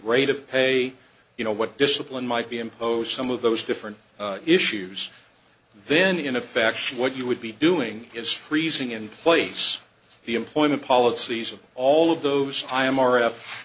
rate of pay you know what discipline might be imposed some of those different issues then in effect what you would be doing is freezing in place the employment policies of all of those i m